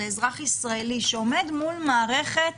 לאזרח ישראלי שעומד מול מערכת